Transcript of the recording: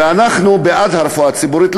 ואנחנו בעד הרפואה הציבורית,